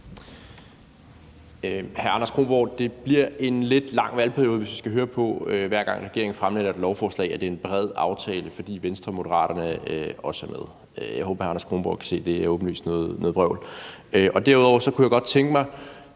Hr. Anders Kronborg, det bliver en lidt lang valgperiode, hvis vi, hver gang regeringen fremsætter et lovforslag, skal høre på, at det er en bred aftale, fordi Venstre og Moderaterne også er med. Jeg håber, hr. Anders Kronborg kan se, at det åbenlyst er noget vrøvl. Derudover kunne jeg godt tænke mig